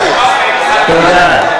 תודה.